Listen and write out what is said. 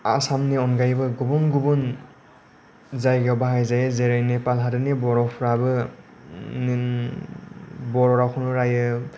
आसामनि अनगायैबो गुबुन गुबुन जायगायाव बाहायजायो जेरै नेपाल हादरनि बर'फोराबो बर' रावखौनो रायो